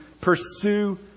pursue